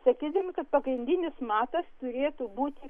sakysim kad pagrindinis matas turėtų būti